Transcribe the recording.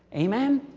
amen?